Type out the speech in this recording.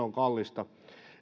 on kallista